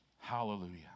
Hallelujah